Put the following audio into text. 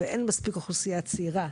ואין מספיק אוכלוסייה צעירה,